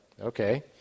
okay